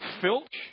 filch